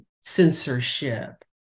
censorship